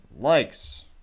likes